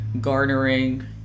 garnering